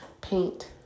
paint